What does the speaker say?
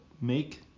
make